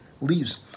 leaves